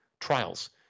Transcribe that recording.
trials